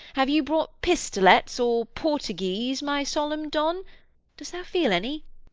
have you brought pistolets, or portagues, my solemn don dost thou feel any?